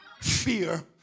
Fear